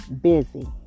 busy